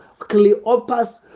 Cleopas